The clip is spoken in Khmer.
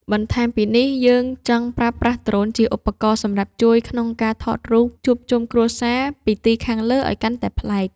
បន្ថែមពីនេះ យើងចង់ប្រើប្រាស់ដ្រូនជាឧបករណ៍សម្រាប់ជួយក្នុងការថតរូបភាពជួបជុំគ្រួសារពីទីខាងលើឱ្យកាន់តែប្លែក។